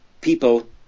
people